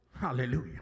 Hallelujah